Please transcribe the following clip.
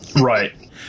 right